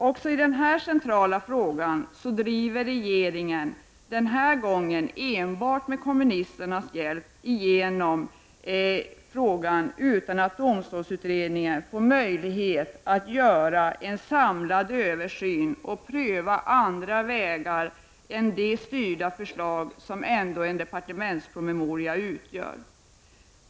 Även i den här centrala frågan driver regeringen, den här gången enbart med kommunisternas hjälp, igenom frågan utan att domstolsutredningen får möjlighet att göra en samlad översyn och pröva andra vägar än de styrda som ett förslag i en departementspromemoria utgör.